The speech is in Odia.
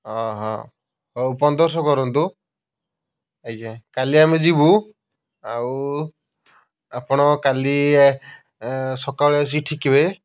ହଁ ହଁ ହଉ ପନ୍ଦରଶହ କରନ୍ତୁ ଆଜ୍ଞା କାଲି ଆମେ ଯିବୁ ଆଉ ଆପଣ କାଲି ଏଁ ସକାଳେ ଆସିକି ଠିକିବେ